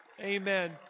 Amen